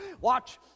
Watch